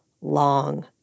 long